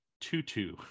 Tutu